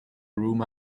room